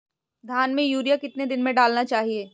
धान में यूरिया कितने दिन में डालना चाहिए?